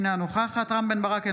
אינה נוכחת רם בן ברק,